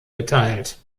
geteilt